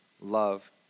Love